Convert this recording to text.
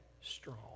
strong